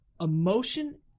emotion